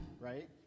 right